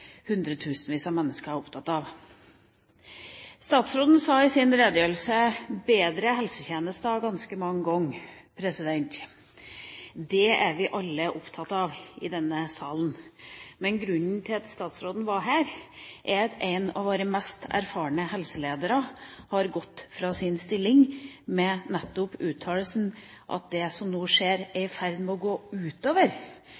opptatt av. Statsråden sa i sin redegjørelse «bedre» helsetjenester ganske mange ganger. Det er vi alle opptatt av i denne salen. Men grunnen til at statsråden er her, er at en av våre mest erfarne helseledere har gått fra sin stilling, nettopp med uttalelsen at det som nå skjer, er i ferd med å gå ut over